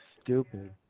Stupid